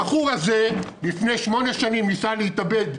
הבחור הזה לפני שמונה שנים ניסה להתאבד.